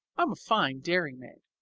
i'm a fine dairy-maid!